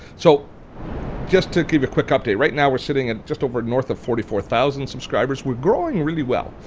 so just to give you a quick update, right now we're sitting at just over north of forty four thousand subscribers. we're growing really well.